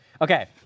Okay